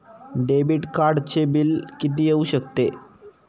Debit कार्डचे बिल किती येऊ शकते?